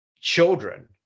children